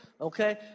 okay